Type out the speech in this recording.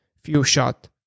few-shot